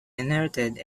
inherited